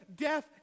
death